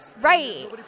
right